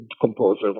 composer